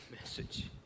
message